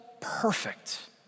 perfect